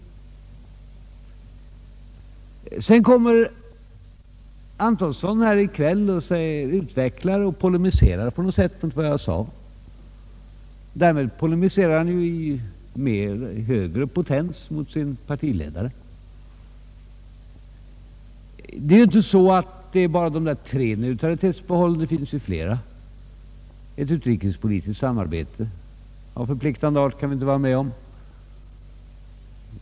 I kväll kommer herr Antonsson och polemiserar på något sätt mot vad jag sagt. Därmed polemiserar han i högre potens mot sin partiledare. Men det är ju inte bara fråga om dessa tre neutralitetsförbehåll, utan det finns flera. Ett utrikespolitiskt samarbete av förpliktande art kan vi inte vara med om.